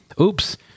Oops